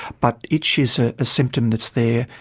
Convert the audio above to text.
but itch is a symptom that's there,